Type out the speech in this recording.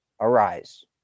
arise